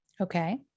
Okay